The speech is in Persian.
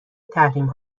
تحریم